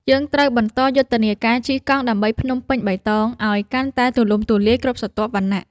យើងត្រូវបន្តយុទ្ធនាការ ជិះកង់ដើម្បីភ្នំពេញបៃតង ឱ្យកាន់តែទូលំទូលាយគ្រប់ស្រទាប់វណ្ណៈ។